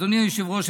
אדוני היושב-ראש,